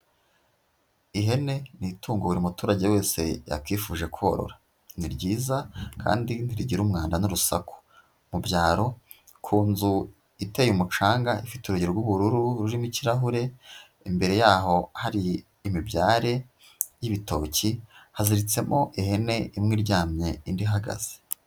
Ihene ni itungo buri muturage wese yakifuje korora, ni ryiza kandi ntirigira umwanda n'urusaku. Mu byaro, ku nzu iteye umucanga, ifite urugi rw'ubururu rurimo ikirahure, imbere yaho hari imibyare y'ibitoki, haziritsemo ihene imwe iryamye, indi ihagaze.